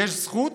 שיש זכות